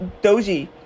doji